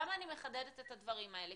למה אני מחדדת את הדברים האלה?